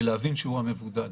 ולהבין שהוא המבודד.